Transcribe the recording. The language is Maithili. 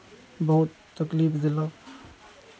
बहुत तकलीफ देलक